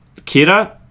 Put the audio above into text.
Kira